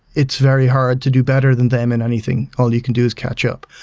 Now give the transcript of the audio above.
it's very hard to do better than them in anything. all you can do is catch up.